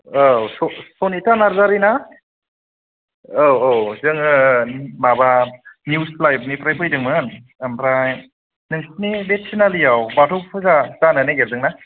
औ सनिथा नारजारी ना औ औ जोङो माबा निउस लाइभ निफ्राय फैदों मोन आमफ्राय नोंसिनि बे थिनालिआव बाथौ फुजा जानो नागिरदों ना